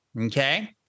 Okay